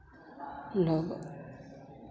लोग